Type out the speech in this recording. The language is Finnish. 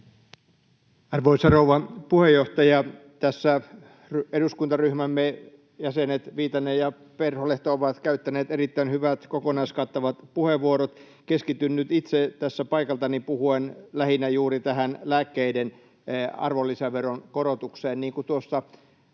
Arvoisa rouva puheenjohtaja! Tässä eduskuntaryhmämme jäsenet Viitanen ja Perholehto ovat käyttäneet erittäin hyvät, kokonaiskattavat puheenvuorot. Keskityn nyt itse tässä paikaltani puhuen lähinnä juuri tähän lääkkeiden arvonlisäveron korotukseen. Niin kuin tuossa